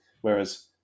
whereas